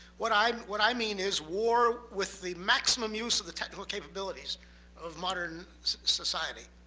what i um what i mean is war with the maximum use of the technical capabilities of modern society.